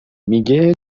میگه